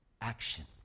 Action